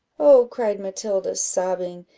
oh, cried matilda, sobbing,